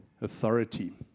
authority